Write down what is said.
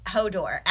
Hodor